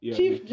Chief